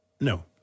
No